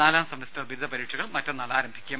നാലാം സെമസ്റ്റർ ബിരുദ പരീക്ഷകൾ മറ്റന്നാൾ ആരംഭിക്കും